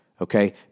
Okay